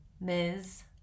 Ms